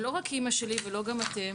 ולא רק אימא ולא רק אתם